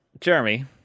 Jeremy